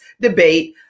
debate